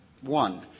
One